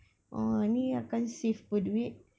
ah akan save [pe] duit